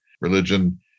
Religion